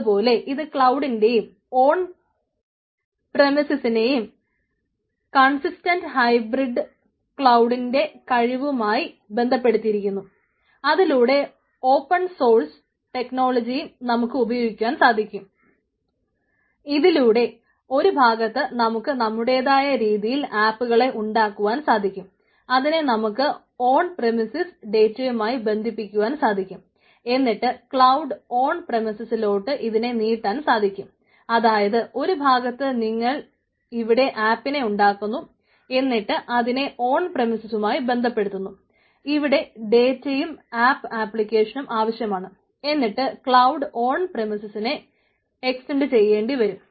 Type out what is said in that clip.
അതുപോലെ ഇത് ക്ലൌഡിനേയും ഓൺ പ്രിമിസിനേയും ചെയ്യേണ്ടിവരും